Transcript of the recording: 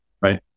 Right